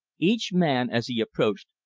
each man, as he approached,